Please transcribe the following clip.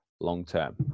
long-term